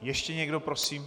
Ještě někdo prosím?